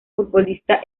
futbolista